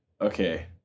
Okay